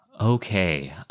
Okay